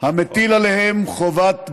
המטיל עליהם חובת גיוס.